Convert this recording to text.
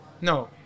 no